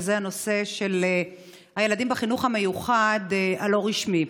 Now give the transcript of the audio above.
וזה הנושא של הילדים בחינוך המיוחד הלא-רשמי.